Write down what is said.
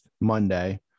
Monday